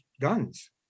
guns